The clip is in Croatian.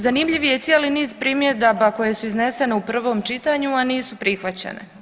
Zanimljiv je i cijeli niz primjedaba koje su iznesene u prvom čitanju, a nisu prihvaćene.